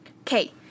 Okay